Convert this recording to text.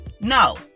no